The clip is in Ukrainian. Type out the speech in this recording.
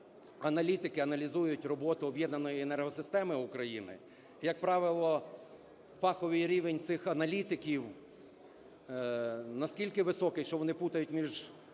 аналітики аналізують роботу об'єднаної енергосистеми України. Як правило, фаховий рівень цих аналітиків настільки високий, що вони плутають між